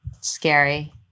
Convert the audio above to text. scary